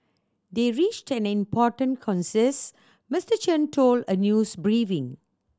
they reached an important consensus Mister Chen told a news briefing